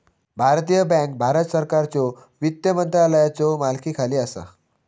भारतीय बँक भारत सरकारच्यो वित्त मंत्रालयाच्यो मालकीखाली असा